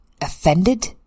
offended